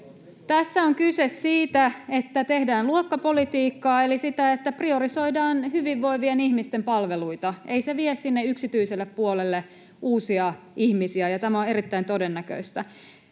Tässä on kyse siitä, että tehdään luokkapolitiikkaa eli sitä, että priorisoidaan hyvinvoivien ihmisten palveluita. Ei se vie sinne yksityiselle puolelle uusia ihmisiä, ja tämä on erittäin todennäköistä.